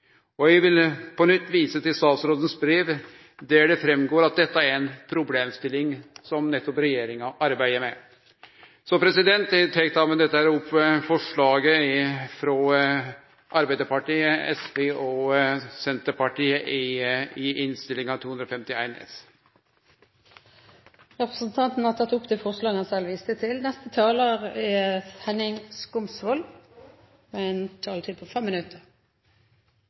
og eg vil på nytt vise til statsrådens brev der det framgår at dette nettopp er ei problemstilling som regjeringa arbeider med. Eg tek med dette opp forslaget frå Arbeidarpartiet, SV og Senterpartiet i innstillinga. Representanten Torstein Rudihagen har tatt opp det forslaget han refererte til. Fremskrittspartiet peker på viktigheten av å huske at norsk industri har lange tradisjoner som kraftprodusent. Det er